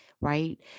right